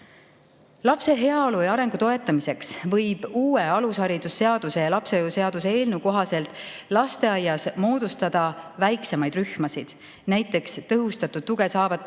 Lapse heaolu ja arengu toetamiseks võib uue alushariduse ja lapsehoiu seaduse eelnõu kohaselt lasteaias moodustada väiksemaid rühmasid, näiteks tõhustatud tuge saavate laste